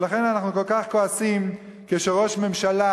ולכן אנחנו כל כך כועסים כשראש ממשלה,